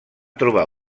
trobar